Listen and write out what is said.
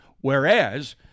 Whereas